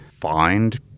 find